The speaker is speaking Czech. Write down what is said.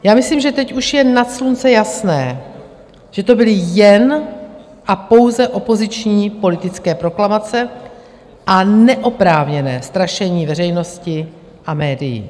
Já myslím, že teď už je nad slunce jasné, že to byly jen a pouze opoziční politické proklamace a neoprávněné strašení veřejnosti a médií.